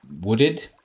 wooded